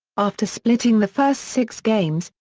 after splitting the first six games,